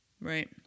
right